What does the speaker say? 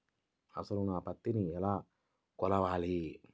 అసలు నా పత్తిని ఎలా కొలవాలి?